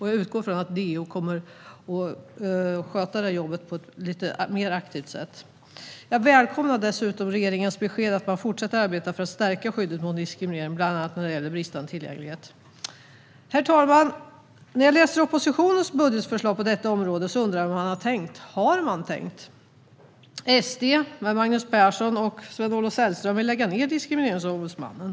Jag utgår från att DO kommer att sköta det jobbet på ett lite mer aktivt sätt. Jag välkomnar dessutom regeringens besked att man fortsätter att arbeta för att stärka skyddet mot diskriminering bland annat när det gäller bristande tillgänglighet. Herr talman! När jag läser oppositionens budgetförslag på detta område undrar jag hur man har tänkt. Har man tänkt? SD, med Magnus Persson och Sven-Olof Sällström, vill lägga ned Diskrimineringsombudsmannen.